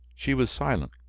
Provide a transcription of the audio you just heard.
she was silent,